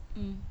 mm